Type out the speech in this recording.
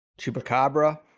Chupacabra